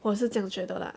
我是这样觉得 lah